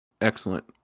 Excellent